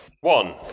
one